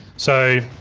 so,